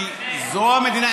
כי זו המדינה,